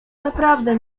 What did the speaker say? naprawdę